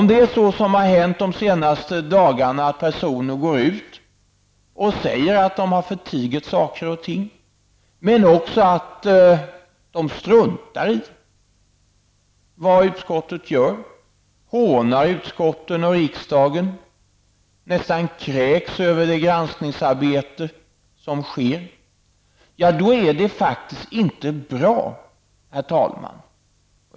Om det är så som det har framgått de senaste dagarna, att personer går ut och säger att de har förtigit saker och ting men också att de struntar i vad utskottet gör, hånar utskotten och riksdagen, nästan kräks över det granskningsarbete som sker, är situationen inte bra.